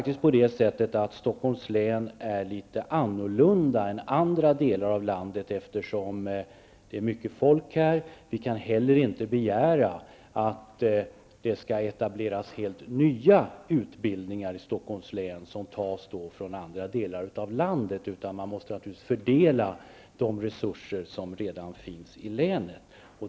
Stockholms län är litet annorlunda än andra delar av landet. Befolkningen är stor. Vi kan inte heller begära att det skall etableras helt nya utbildningar i Stockholms län som tas från andra delar av landet. Det måste naturligtvis ske en fördelning av de resurser som redan finns i länet.